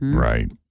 Right